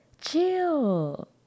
chill